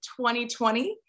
2020